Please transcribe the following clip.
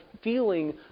feeling